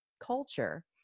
culture